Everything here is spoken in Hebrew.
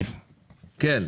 כן?